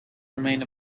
remained